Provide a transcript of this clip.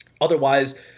otherwise